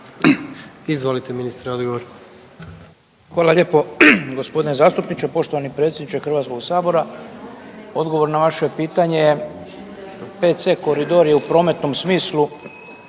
Izvolite ministre odgovor.